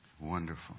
Wonderful